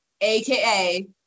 aka